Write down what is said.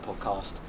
podcast